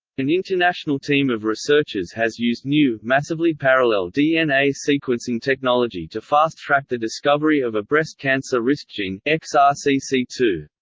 an international team of researchers has used new, massively parallel dna sequencing technology to fast-track the discovery of a breast cancer risk gene, x r ah c c two.